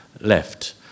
left